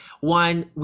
one